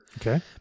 Okay